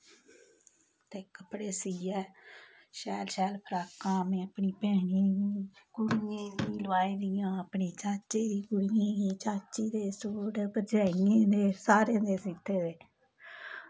ते कपड़े सीयै शैल शैल फ्रॉकां में अपनी भैनें ई कुड़ियें ई लोआई दियां अपने चाचे दी कुड़ियें ई चाचे दे सूट भरजाइयें दे सारें दे सीह्ते दे